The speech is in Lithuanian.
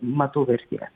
matau vertės